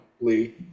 Lee